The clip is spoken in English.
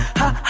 ha